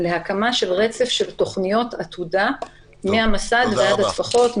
להקמה של רצף של תכניות עתודה מהמסד ועד הטפחות,